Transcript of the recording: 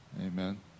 Amen